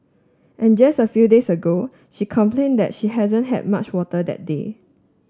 and just a few days ago she complained that she hadn't had much water that day